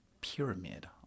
pyramid